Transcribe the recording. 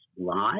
live